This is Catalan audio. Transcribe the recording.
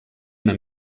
una